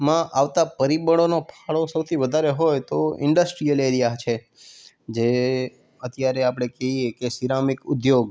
માં આવતા પરિબળોનો ફાળો સૌથી વધારે હોય તો ઈન્ડસ્ટ્રીયલ એરીયા છે જે અત્યારે આપણે કહીએ કે સીરામિક ઉદ્યોગ